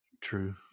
True